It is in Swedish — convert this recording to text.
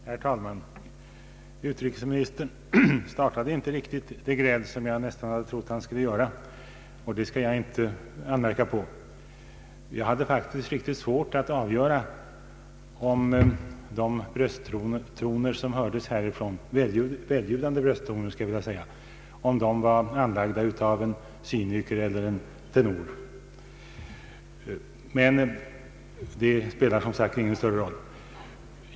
Herr talman! Utrikesministern startade inte riktigt det gräl som jag nästan hade trott att han skulle göra, och jag skall inte anmärka på det. Jag hade faktiskt litet svårt att avgöra om de brösttoner som hördes härifrån — välljudande brösttoner skulle jag vilja säga — var anlagda av en cyniker eller av en tenor; men det spelar som sagt ingen större roll.